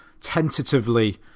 tentatively